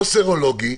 או סרולוגי,